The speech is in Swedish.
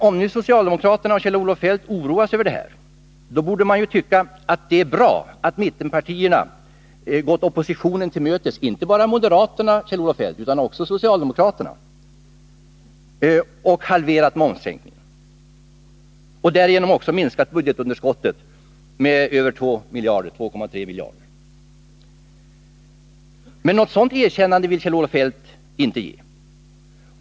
Om nu socialdemokraterna och Kjell-Olof Feldt oroar sig för detta, då borde de ju tycka att det är bra att mittenpartierna gått oppositionen till mötes — inte bara moderaterna, Kjell-Olof Feldt, utan också socialdemokraterna! — och halverat momssänkningen och därigenom minskat budgetunderskottet med 2,3 miljarder. Men något sådant erkännande vill Kjell-Olof Feldt inte göra.